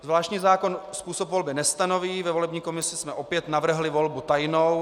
Zvláštní zákon způsob volby nestanoví, ve volební komisi jsme opět navrhli volbu tajnou.